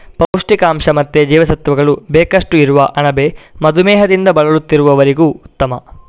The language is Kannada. ಪೌಷ್ಟಿಕಾಂಶ ಮತ್ತೆ ಜೀವಸತ್ವಗಳು ಬೇಕಷ್ಟು ಇರುವ ಅಣಬೆ ಮಧುಮೇಹದಿಂದ ಬಳಲುತ್ತಿರುವವರಿಗೂ ಉತ್ತಮ